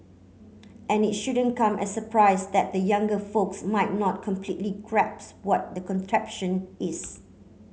and it shouldn't come as a surprise that the younger folks might not completely grasp what that contraption is